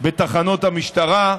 בתחנות המשטרה,